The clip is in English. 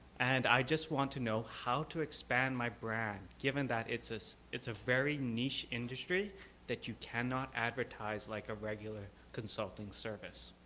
and i just want to know how to expand my brand given that it's it's it's a very niche industry that you cannot advertise like a regular consulting service.